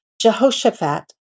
Jehoshaphat